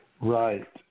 Right